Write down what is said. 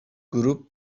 grup